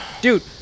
dude